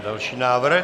Další návrh.